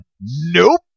Nope